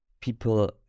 people